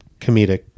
comedic